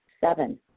Seven